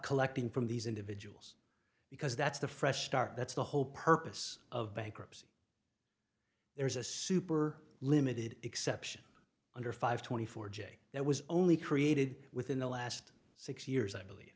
collecting from these individuals because that's the fresh start that's the whole purpose of bankruptcy there is a super limited exception under five twenty four j that was only created within the last six years i believe